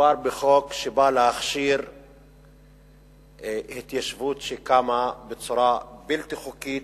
מדובר בחוק שבא להכשיר התיישבות שקמה בצורה בלתי חוקית,